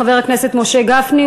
חבר הכנסת משה גפני,